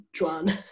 Juan